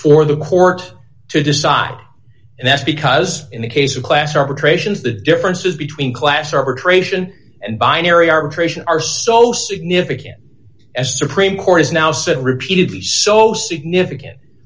for the court to decide and that's because in the case of class arbitrations the differences between class arbitration and binary arbitration are so significant as supreme court has now said repeatedly so significant